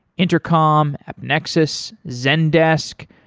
intercom, nexus, zendesk,